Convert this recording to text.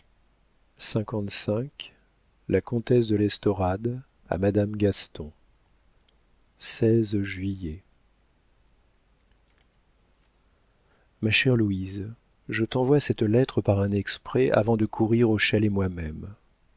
la comtesse de l'estorade a madame aston ma chère louise je t'envoie cette lettre par un exprès avant de courir au chalet moi-même